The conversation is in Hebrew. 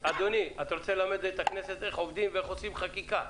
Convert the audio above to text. אתה רוצה ללמד את הכנסת איך עובדים ואיך עושים חקיקה?